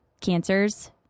cancers